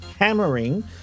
hammering